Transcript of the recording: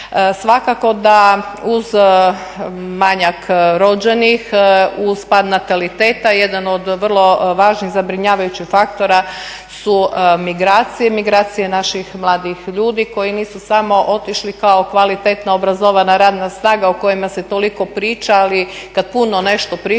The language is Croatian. Svakako da uz manjak rođenih, uz pad nataliteta jedan od vrlo važnih zabrinjavajućih faktora su migracije, migracije naših mladih ljudi koji nisu samo otišli kao kvalitetna obrazovana radna snaga o kojima se toliko priča. Ali kad puno nešto pričamo,